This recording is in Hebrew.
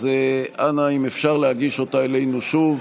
אז אנא, אם אפשר להגיש אותה אלינו שוב.